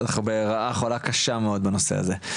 אנחנו ברעה חולה קשה מאוד בנושא הזה.